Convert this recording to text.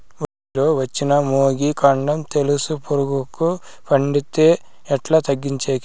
వరి లో వచ్చిన మొగి, కాండం తెలుసు పురుగుకు పడితే ఎట్లా తగ్గించేకి?